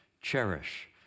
cherish